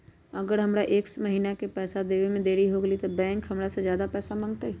अगर हमरा से एक महीना के पैसा देवे में देरी होगलइ तब बैंक हमरा से ज्यादा पैसा मंगतइ?